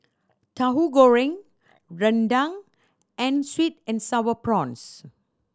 Tauhu Goreng rendang and sweet and Sour Prawns